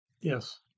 Yes